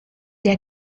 der